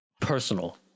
personal